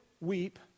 weep